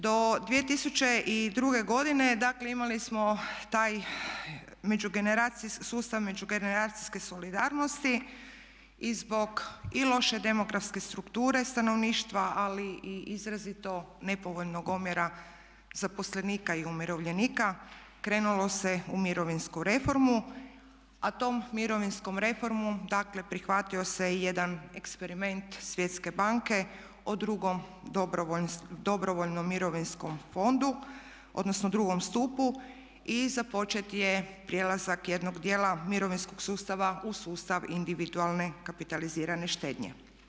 Do 2002. godine dakle imali smo taj sustav međugeneracijske solidarnosti i zbog i loše demografske strukture stanovništva ali i izrazito nepovoljnog omjera zaposlenika i umirovljenika krenulo se u mirovinsku reformu, a tom mirovinskom reformom dakle prihvatio se jedan eksperiment Svjetske banke o II. dobrovoljnom mirovinskom fondu odnosno drugom stupu i započet je prelazak jednog dijela mirovinskog sustava u sustav individualne kapitalizirane štednje.